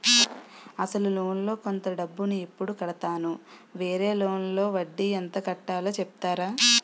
అసలు లోన్ లో కొంత డబ్బు ను ఎప్పుడు కడతాను? వేరే లోన్ మీద వడ్డీ ఎంత కట్తలో చెప్తారా?